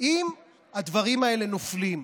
אם הדברים האלה נופלים,